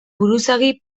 buruzagi